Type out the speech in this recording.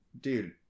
Dude